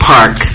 Park